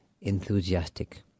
enthusiastic